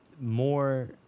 more